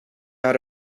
out